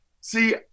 see –